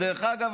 דרך אגב,